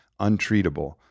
untreatable